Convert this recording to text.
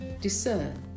Discern